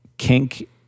kink